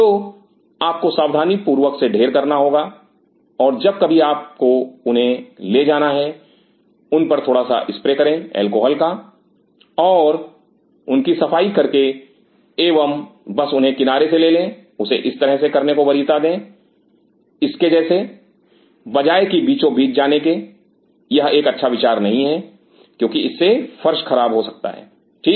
तो आपको सावधानीपूर्वक से ढेर करना होगा और जब कभी आपको उन्हें ले जाना है उन पर थोड़ा सा स्प्रे करें अल्कोहल का और उनकी सफाई करके एवं बस उन्हें किनारे से ले ले उसे इस तरह से करने को वरीयता दें इसके जैसे बजाय की बीचो बीच जाने के यह एक अच्छा विचार नहीं है क्योंकि इससे फर्श खराब हो जाता है ठीक